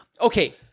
Okay